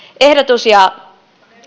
ehdotus ja